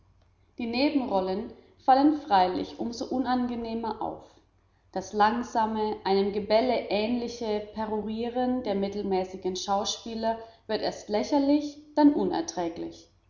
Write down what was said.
die nebenrollen fallen freilich umso unangenehmer auf das langsame einem gebelle ähnliche perorieren der mittelmäßigen schauspieler wird erst lächerlich dann unerträglich